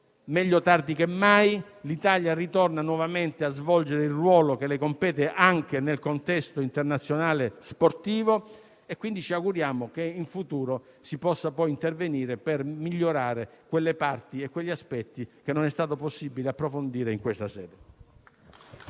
meglio tardi che mai: l'Italia ritorna nuovamente a svolgere il ruolo che le compete anche nel contesto internazionale sportivo. Ci auguriamo che in futuro si possa intervenire per migliorare quelle parti e quegli aspetti che non è stato possibile approfondire in questa sede.